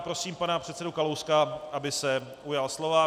Prosím, pana předsedu Kalouska, aby se ujal slova.